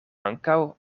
ankaŭ